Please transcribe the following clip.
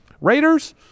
Raiders